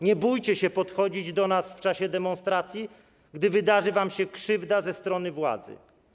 Nie bójcie się podchodzić do nas w czasie demonstracji, gdy wydarzy wam się krzywda ze strony władzy.